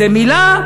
זה מילה,